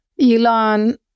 Elon